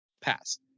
Pass